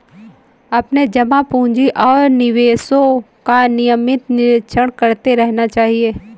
अपने जमा पूँजी और निवेशों का नियमित निरीक्षण करते रहना चाहिए